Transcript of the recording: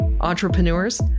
entrepreneurs